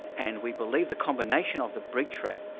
and we believe the combination of the breach rate,